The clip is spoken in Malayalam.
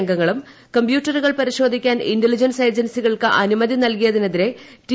അംഗങ്ങളും കമ്പ്യൂട്ടറുകൾ പരിശോധിക്കാൻ ഇന്റലിജൻസ് ഏജൻസികൾക്ക് അനുമതി നൽകിയതിനെതിരെ റ്റി